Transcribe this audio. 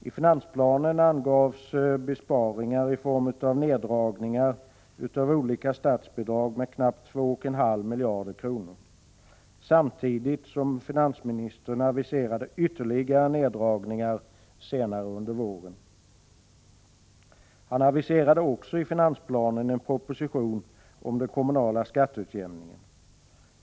I finansplanen angavs besparingar i form av neddragningar av olika statsbidrag med knappt 2,5 miljarder, samtidigt som finansministern aviserade ytterligare neddragningar senare under våren. Han aviserade också i finansplanen en proposition om den kommunala skatteutjämningen.